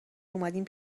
اومدین